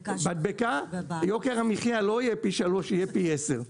מדבקה, יוקר המחייה לא יהיה פי שלוש, יהיה פי עשר.